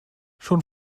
schon